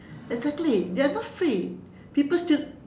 exactly they are not free people still